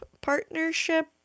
partnership